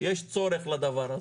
יש צורך בדבר הזה.